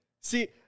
See